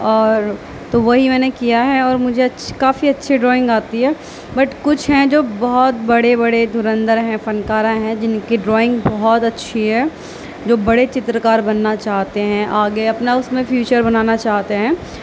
اور تو وہی میں نے کیا ہے اور مجھے کافی اچھے ڈرائنگ آتی ہے بٹ کچھ ہیں جو بہت بڑے بڑے دھرندھر ہیں فنکارہ ہیں جن کے ڈرائنگ بہت اچھی ہے جو بڑے چترکار بننا چاہتے ہیں آگے اپنا اس میں فیوچر بنانا چاہتے ہیں